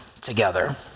together